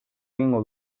egingo